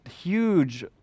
huge